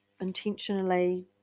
intentionally